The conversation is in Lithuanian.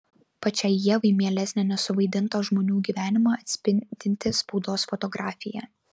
pačiai ievai mielesnė nesuvaidintą žmonių gyvenimą atspindinti spaudos fotografija